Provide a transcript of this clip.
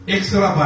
Extra